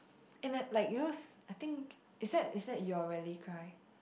and like like you know I think is that is that your rally cry